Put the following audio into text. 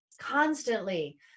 Constantly